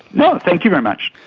you know thank you very much.